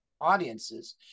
audiences